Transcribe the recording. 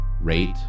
rate